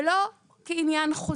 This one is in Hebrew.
ולא כעניין חוזי.